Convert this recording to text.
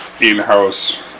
in-house